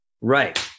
Right